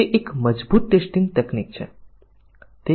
તેથી આ સ્થિતિ માટેના મૂલ્યોની સંખ્યા 2n છે